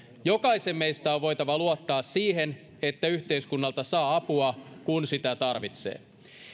jokaisen meistä on voitava luottaa siihen että yhteiskunnalta saa apua kun sitä tarvitsee